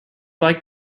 like